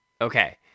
okay